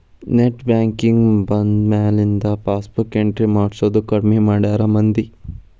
net banking ಬಂದ್ಮ್ಯಾಲಿಂದ passbook entry ಮಾಡ್ಸೋದ್ ಕಡ್ಮಿ ಮಾಡ್ಯಾರ ಮಂದಿ